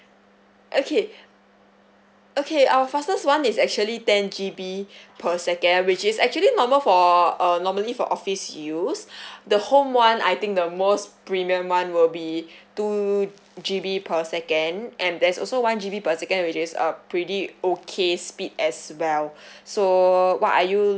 okay okay our fastest one is actually ten G_B per second which is actually normal for uh normally for office use the home one I think the most premium one will be two G_B per second and there's also one G_B per second which is uh pretty okay speed as well so what are you